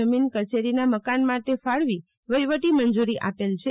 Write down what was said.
જમીન કચેરીના મકાન માટે ફાળવી વહિવટી મંજુરી આપેલ છે